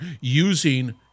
using